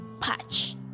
patch